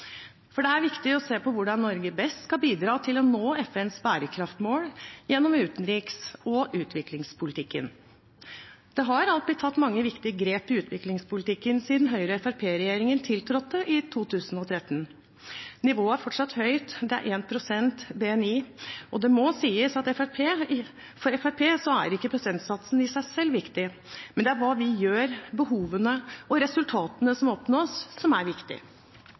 for det er viktig å se på hvordan Norge best skal bidra til å nå FNs bærekraftsmål gjennom utenriks- og utviklingspolitikken. Det har alt blitt tatt mange viktige grep i utviklingspolitikken siden Høyre–Fremskrittsparti-regjeringen tiltrådte i 2013. Nivået er fortsatt høyt – 1 pst. av BNI. Det må sies at for Fremskrittspartiet er ikke prosentsatsen i seg selv viktig, men det er hva vi gjør, behovene, resultatene som oppnås, som er viktig.